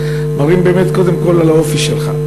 מראים באמת על האופי שלך.